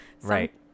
right